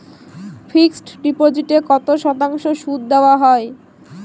Fixed ডিপোজিটে কত শতাংশ সুদ দেওয়া হয়?